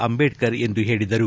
ಅಂಬೇಡ್ತರ್ ಎಂದು ಹೇಳಿದರು